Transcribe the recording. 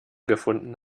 gefunden